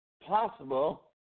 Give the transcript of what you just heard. possible